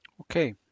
okay